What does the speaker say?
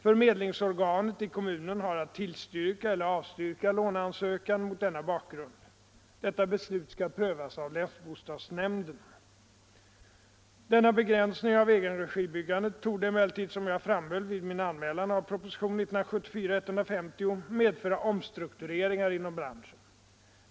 Förmedlingsorganet i kommunen har att tillstyrka eller avstyrka låneansökan mot denna bakgrund. Detta beslut skall prövas av länsbostadsnämnden. Denna begränsning av egenregibyggandet torde emellertid, som jag framhöll vid min anmälan av proposition 1974:150, medföra omstruktureringar inom branschen.